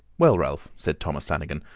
well, ralph, said thomas flanagan,